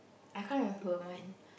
I can't remember when